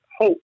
hope